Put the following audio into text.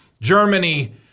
Germany